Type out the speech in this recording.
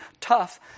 Tough